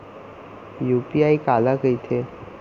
UPI काला कहिथे?